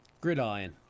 Gridiron